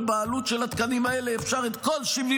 ובעלות של התקנים האלה אפשר את כל 70